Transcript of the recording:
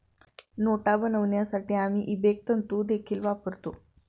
नोटा बनवण्यासाठी आम्ही इबेक तंतु देखील वापरतो